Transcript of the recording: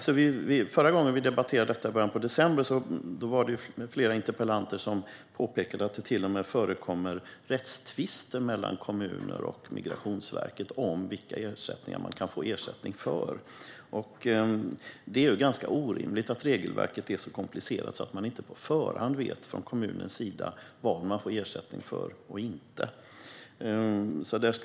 När vi i början av december debatterade det här påpekade flera debattdeltagare att det till och med förekommer rättstvister mellan kommuner och Migrationsverket om vilka ersättningar man kan få betalt för. Det är orimligt att regelverket är så komplicerat att kommunen inte på förhand vet vad den får ersättning för och inte.